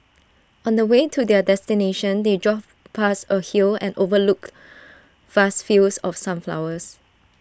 on the way to their destination they drove past A hill that overlooked vast fields of sunflowers